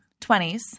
20s